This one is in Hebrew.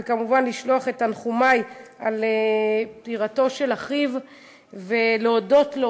וכמובן לשלוח את תנחומי על פטירתו של אחיו ולהודות לו